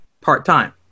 part-time